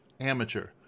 amateur